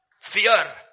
fear